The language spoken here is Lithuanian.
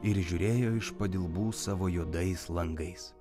ir žiūrėjo iš padilbų savo juodais langais